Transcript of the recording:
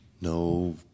No